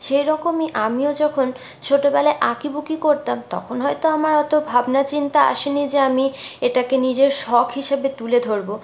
সেইরকমই আমিও যখন ছোটবেলায় আঁকিবুকি করতাম তখন হয়তো আমার অত ভাবনা চিন্তা আসেনি যে আমি এটাকে নিজের শখ হিসেবে তুলে ধরব